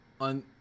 on